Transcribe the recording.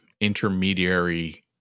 intermediary